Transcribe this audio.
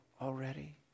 already